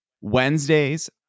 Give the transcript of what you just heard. Wednesdays